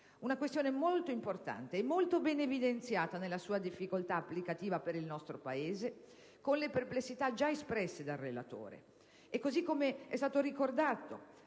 Una questione molto importante e molto ben evidenziata nella sua difficoltà applicativa per il nostro Paese con le perplessità già espresse dal relatore. Ieri, come è stato ricordato,